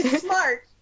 smart